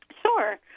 Sure